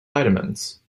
vitamins